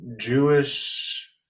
Jewish